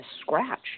scratch